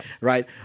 Right